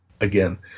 again